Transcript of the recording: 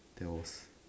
there was